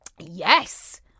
yes